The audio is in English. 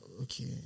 Okay